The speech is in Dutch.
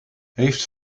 heeft